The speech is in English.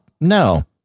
no